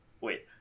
wait